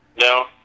No